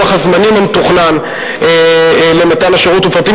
לוח הזמנים המתוכנן למתן השירות ופרטים